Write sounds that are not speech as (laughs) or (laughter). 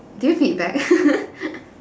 did you feedback (laughs)